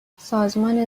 سازمان